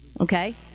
Okay